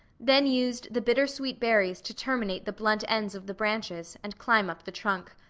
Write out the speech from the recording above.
then used the bittersweet berries to terminate the blunt ends of the branches, and climb up the trunk.